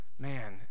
Man